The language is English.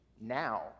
now